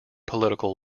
political